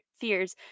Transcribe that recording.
fears